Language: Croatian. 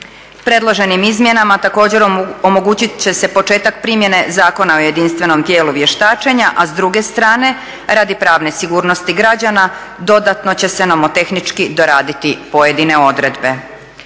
Predloženim izmjenama također omogućit će se početak primjene Zakona o jedinstvenom tijelu vještačenja, a s druge strane radi pravne sigurnosti građana dodatno će se nomotehnički doraditi pojedine odredbe.